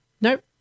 nope